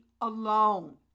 alone